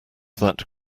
that